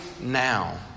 now